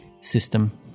system